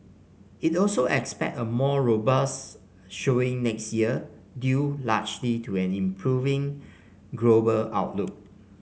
it also expects a more robust showing next year due largely to an improving global outlook